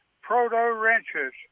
proto-wrenches